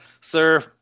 Sir